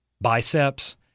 biceps